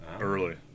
early